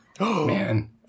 Man